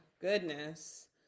goodness